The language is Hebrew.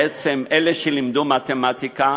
בעצם אלה שלימדו מתמטיקה